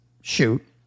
shoot